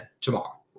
tomorrow